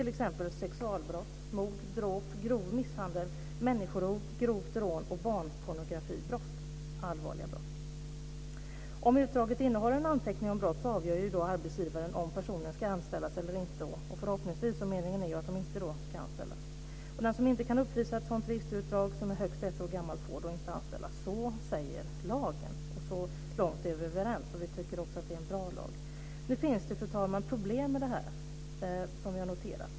Det kan vara sexualbrott, mord, dråp, grov misshandel, människorov, grovt rån eller barnpornografibrott - allvarliga brott. Om utdraget innehåller en anteckning om brott avgör arbetsgivaren om personen ska anställas eller inte - förhoppningsvis inte, för meningen är ju att dessa personer inte ska anställas. Den som inte kan uppvisa ett sådant registerutdrag som är högst ett år gammalt får inte anställas. Så säger lagen, och så långt är vi överens. Vi tycker också att det är en bra lag. Nu finns det, fru talman, problem med detta som vi har noterat.